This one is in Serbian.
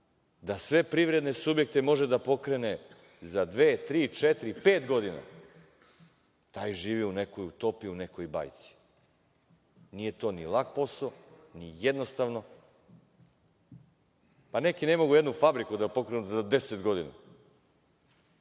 da sve privredne subjekte može da pokrene za dve, tri, četiri, pet godina, taj živi u nekoj utopiji u nekoj bajci. Nije to ni lak posao, nije jednostavno. Pa, neki ne mogu nijednu fabriku da pokrenu za deset godina,